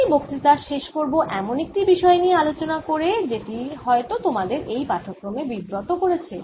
আমি এই বক্তৃতা শেষ করব এমন একটি বিষয় নিয়ে আলোচনা করে যেটি হয়ত তোমাদের এই পাঠক্রমে বিব্রত করেছে